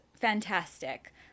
fantastic